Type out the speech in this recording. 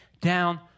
down